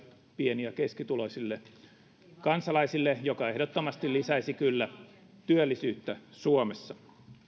pieni ja keskituloisille kansalaisille maltillisia veronalennuksia jotka ehdottomasti lisäisivät kyllä työllisyyttä suomessa